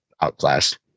outclass